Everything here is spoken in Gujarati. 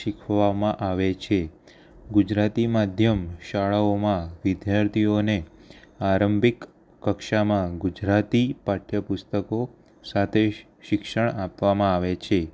શીખવવામાં આવે છે ગુજરાતી માધ્યમ શાળાઓમાં વિદ્યાર્થીઓને આરંભિક કક્ષમાં ગુજરાતી પાઠ્યપુસ્તકો સાથે શિક્ષણ આપવામાં આવે છે